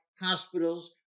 hospitals